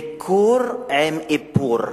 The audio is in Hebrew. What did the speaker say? "ביקור עם איפור".